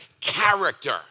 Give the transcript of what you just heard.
character